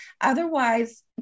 Otherwise